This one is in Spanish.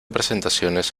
presentaciones